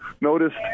noticed